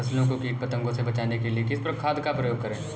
फसलों को कीट पतंगों से बचाने के लिए किस खाद का प्रयोग करें?